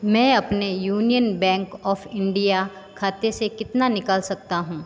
मैं अपने Union Bank of India खाते से कितना निकाल सकता हूँ